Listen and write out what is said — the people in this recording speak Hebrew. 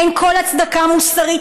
אין כל הצדקה מוסרית,